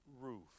roof